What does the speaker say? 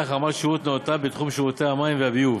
שמחזיקה באמצעי שליטה בתאגיד מים וביוב